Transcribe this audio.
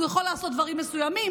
והוא יכול לעשות דברים מסוימים,